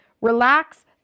relax